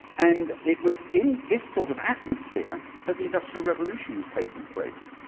and it was in this sort of atmosphere that the industrial revolution was taking place,